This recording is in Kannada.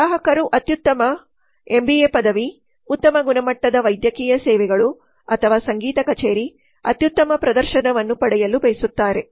ಗ್ರಾಹಕರು ಅತ್ಯುತ್ತಮ ಎಂಬಿಎ ಪದವಿ ಉತ್ತಮ ಗುಣಮಟ್ಟದ ವೈದ್ಯಕೀಯ ಸೇವೆಗಳು ಅಥವಾ ಸಂಗೀತ ಕಛೆರಿ ಅತ್ಯುತ್ತಮ ಪ್ರದರ್ಶನವನ್ನು ಪಡೆಯಲು ಬಯಸುತ್ತಾರೆ